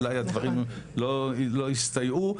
אולי הדברים לא הסתייעו,